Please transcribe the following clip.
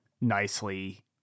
nicely